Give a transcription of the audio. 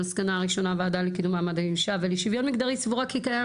המסקנה הראשונה: "הוועדה לקידום מעמד האישה ולשוויון מגדרי סבורה כי קיים